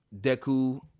Deku